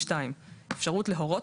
(2)אפשרות להורות,